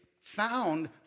found